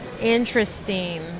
interesting